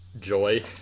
joy